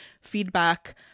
feedback